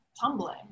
tumbling